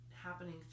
happening